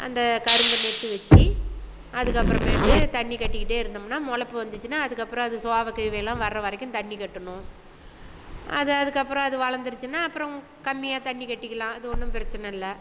அந்த கரும்பு நட்டுவச்சி அதுக்கப்புறமேட்டு தண்ணி கட்டிக்கிட்டே இருந்தோம்னா முளப்பு வந்துச்சின்னா அதுக்கப்புறம் அது சோவை கீவைலாம் வர்ற வரைக்கும் தண்ணி கட்டணும் அது அதுக்கப்புறம் அது வளர்ந்துருச்சுனா அப்புறம் கம்மியாக தண்ணி கட்டிக்கலாம் அது ஒன்றும் பிரச்சனை இல்லை